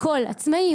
הכל, עצמאי.